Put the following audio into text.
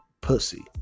pussy